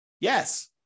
Yes